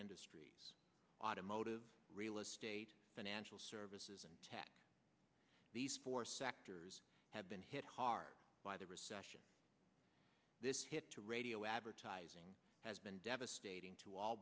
industries automotive realestate financial services and tech these four sectors have been hit hard by the recession this hit to radio advertising has been devastating to all